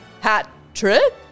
Hat-trick